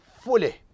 fully